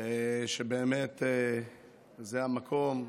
שבאמת זה המקום להודות,